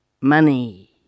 money